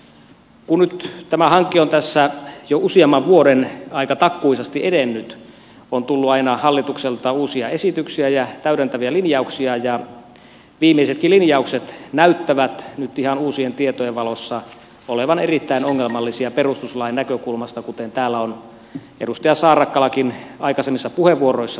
kun nyt tämä hanke on tässä jo useamman vuoden aika takkuisesti edennyt ja on tullut aina hallitukselta uusia esityksiä ja täydentäviä linjauksia viimeisetkin linjaukset näyttävät nyt ihan uusien tietojen valossa olevan erittäin ongelmallisia perustuslain näkökulmasta kuten täällä on edustaja saarakkalakin aikaisemmissa puheenvuoroissaan todennut